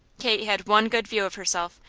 kate had one good view of herself,